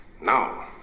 no